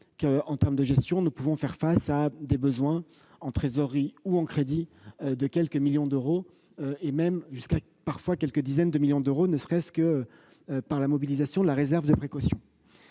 que, en gestion, nous pouvons faire face à des besoins en trésorerie ou en crédits de quelques millions d'euros, voire de quelques dizaines de millions d'euros, ne serait-ce que par la mobilisation de la réserve de précaution.